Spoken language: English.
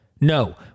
No